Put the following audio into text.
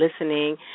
listening